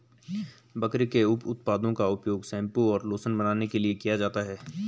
बकरी के उप उत्पादों का उपयोग शैंपू और लोशन बनाने के लिए किया जाता है